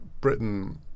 Britain